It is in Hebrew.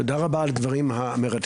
תודה רבה על הדברים המרתקים.